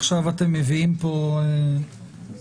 עכשיו אתם מביאים לפה לעז?